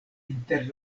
inter